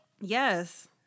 Yes